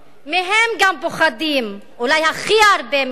מהם גם פוחדים, אולי הכי הרבה מהם.